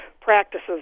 practices